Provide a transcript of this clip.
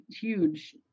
huge